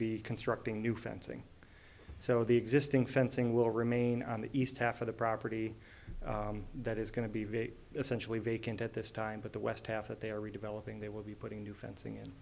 be constructing new fencing so the existing fencing will remain on the east half of the property that is going to be vague essentially vacant at this time but the west half that they are redeveloping they will be putting new fencing